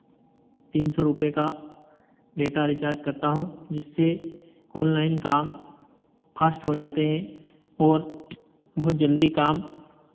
तीन सौ रुपए का डेटा रिचार्ज़ करता हूँ जिससे ऑनलाइन काम फास्ट हो जाते हैं और बहुत जल्दी काम